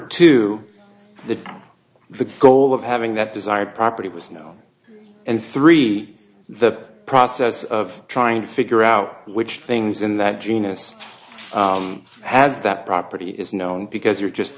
to the goal of having that desired property was no and three the process of trying to figure out which things in that genus has that property is known because you're just